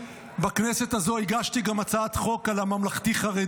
בכנסת הזאת הגשתי גם הצעת חוק על הממלכתי-חרדי,